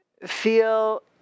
feel